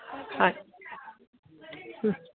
হয়